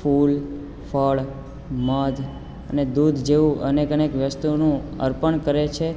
ફૂલ ફળ મધ અને દૂધ જેવું અનેક અનેક વસ્તુનું અર્પણ કરે છે